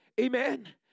Amen